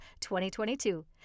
2022